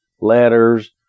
letters